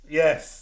yes